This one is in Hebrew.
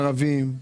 ערבים,